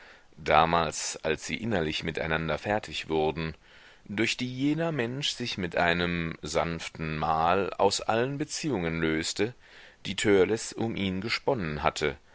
damals als sie innerlich miteinander fertig wurden durch die jener mensch sich mit einem sanften mal aus allen beziehungen löste die törleß um ihn gesponnen hatte